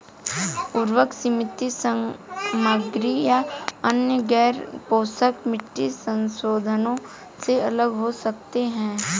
उर्वरक सीमित सामग्री या अन्य गैरपोषक मिट्टी संशोधनों से अलग हो सकते हैं